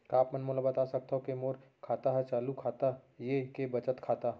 का आप मन मोला बता सकथव के मोर खाता ह चालू खाता ये के बचत खाता?